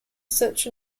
such